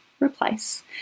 replace